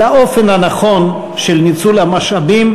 על האופן הנכון של ניצול המשאבים,